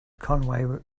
conway